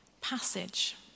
passage